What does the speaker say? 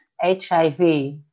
HIV